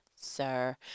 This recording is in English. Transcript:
sir